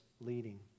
leading